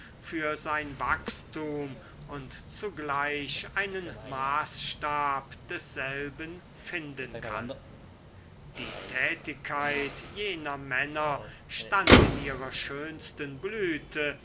für sein wachstum und zugleich einen maßstab desselben finden kann die tätigkeit jener männer stand in ihrer schönsten blüte